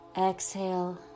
Exhale